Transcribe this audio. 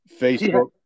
Facebook